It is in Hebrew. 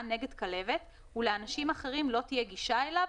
נגד כלבת ולאנשים אחרים לא תהיה גישה אליו,